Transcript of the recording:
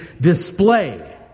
display